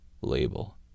label